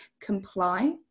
comply